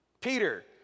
Peter